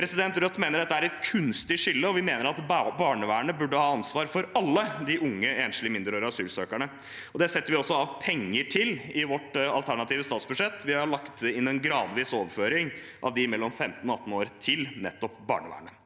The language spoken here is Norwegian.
år. Rødt mener dette er et kunstig skille. Vi mener at barnevernet burde ha ansvar for alle de unge enslige mindreårige asylsøkerne. Det setter vi også av penger til i vårt alternative statsbudsjett. Vi har lagt inn en gradvis overføring av dem mellom 15 år og 18 år til nettopp barnevernet.